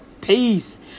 peace